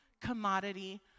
commodity